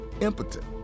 impotent